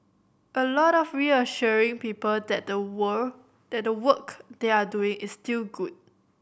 a lot of reassuring people that the wear that the work they're doing is still good